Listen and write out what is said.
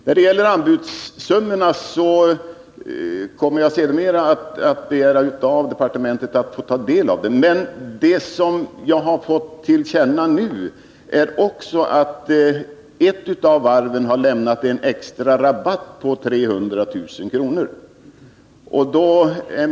När det gäller anbudssummorna vill jag säga att jag sedermera kommer att begära hos departementet att få ta del av dem, men det som nu kommit mig till känna är att ett av varven har lämnat en extra rabatt på 300 000 kr.